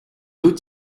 deux